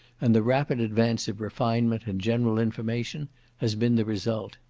and the rapid advance of refinement and general information has been the result.